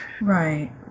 Right